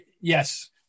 Yes